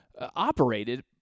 operated